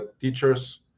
teachers